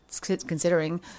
considering